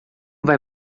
vai